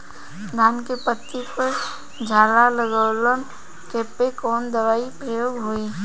धान के पत्ती पर झाला लगववलन कियेपे कवन दवा प्रयोग होई?